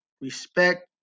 respect